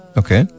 okay